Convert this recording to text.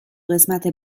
قسمت